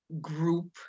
group